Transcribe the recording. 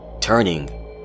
Turning